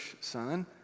son